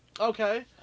Okay